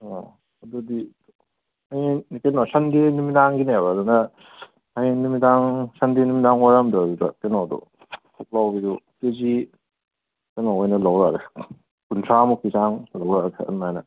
ꯑꯣ ꯑꯗꯨꯗꯤ ꯍꯌꯦꯡ ꯏꯇꯩꯃ ꯁꯟꯗꯦ ꯅꯨꯃꯤꯗꯥꯡꯒꯤꯅꯦꯕ ꯑꯗꯨꯅ ꯍꯌꯦꯡ ꯅꯨꯃꯤꯗꯥꯡ ꯁꯟꯗꯦ ꯅꯨꯃꯤꯗꯥꯡ ꯋꯥꯏꯔꯝꯗꯣ ꯑꯗꯨꯗ ꯀꯩꯅꯣꯗꯣ ꯄꯨꯛꯂꯥꯎꯕꯤꯗꯣ ꯀꯦꯖꯤ ꯀꯩꯅꯣ ꯑꯣꯏꯅ ꯂꯧꯔꯒꯦ ꯀꯨꯟꯊ꯭ꯔꯥ ꯃꯨꯛꯀꯤ ꯆꯥꯡ ꯑꯗꯨꯃꯥꯏꯅ